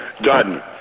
done